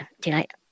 tonight